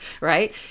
Right